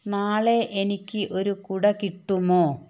നാളെ എനിക്ക് ഒരു കുട കിട്ടുമോ